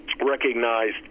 Recognized